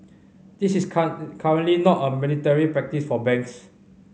this is currently not a mandatory practice for banks